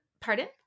Pardon